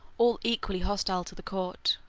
all equally hostile to the court.